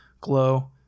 Glow